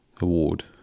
award